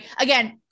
Again